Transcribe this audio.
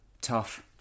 Tough